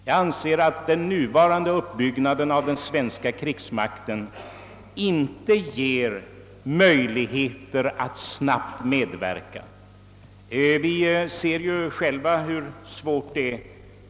Jag anser att den nuvarande uppbyggnaden av den svenska krigsmakten inte ger möjligheter att snabbt medverka därtill. Vi ser ju hur svårt det är.